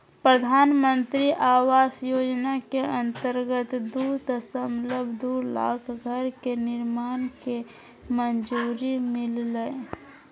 प्रधानमंत्री आवास योजना के अंतर्गत दू दशमलब दू लाख घर के निर्माण के मंजूरी मिललय